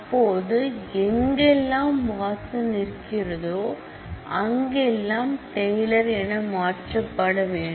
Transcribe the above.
அப்போது எங்கெல்லாம் வாட்சன் இருக்கிறதோ அங்கெல்லாம் டெய்லர் என மாற்றப்பட வேண்டும்